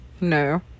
no